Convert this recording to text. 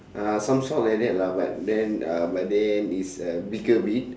uh some sort like that lah but then uh but then it's a bigger breed